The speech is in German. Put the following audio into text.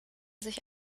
sich